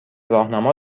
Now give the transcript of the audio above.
راهنما